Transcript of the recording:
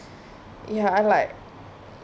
ya I like